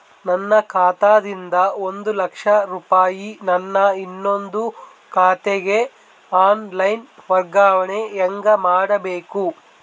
ನನ್ನ ಖಾತಾ ದಿಂದ ಒಂದ ಲಕ್ಷ ರೂಪಾಯಿ ನನ್ನ ಇನ್ನೊಂದು ಖಾತೆಗೆ ಆನ್ ಲೈನ್ ವರ್ಗಾವಣೆ ಹೆಂಗ ಮಾಡಬೇಕು?